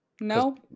No